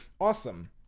awesome